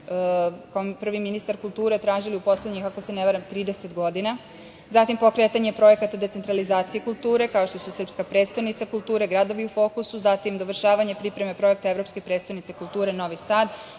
kao prvi ministar kulture tražili u poslednjih, ako se ne varam, 30 godina. Zatim, pokretanje projekata decentralizacije kulture, kao što su Srpska prestonica kulture, Gradovi u fokusu, zatim dovršavanje pripreme projekta Evropske prestonice kulture Novi Sad,